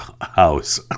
house